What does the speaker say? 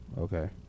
Okay